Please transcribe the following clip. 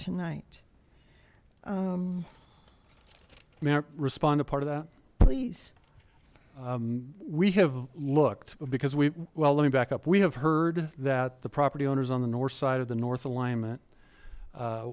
tonight may i respond a part of that please we have looked because we well let me back up we have heard that the property owners on the north side of the north